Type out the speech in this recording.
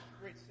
Great